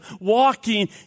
walking